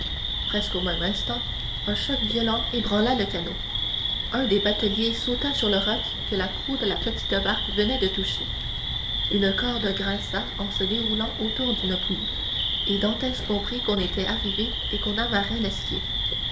presque au même instant un choc violent ébranla le canot un des bateliers sauta sur le roc que la proue de la petite barque venait de toucher une corde grinça en se déroulant autour d'une poulie et dantès comprit qu'on était arrivé et qu'on amarrait l'esquif